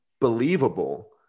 believable